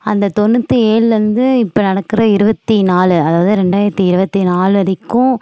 அந்த தொண்ணூற்றி ஏழுல இருந்து இப்போ நடக்கிற இருபத்தி நாலு அதாவது ரெண்டாயிரத்து இருபத்தி நாலு வரைக்கும்